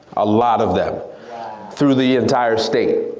a lot of them through the entire state.